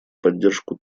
поддержку